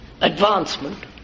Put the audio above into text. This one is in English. advancement